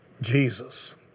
Jesus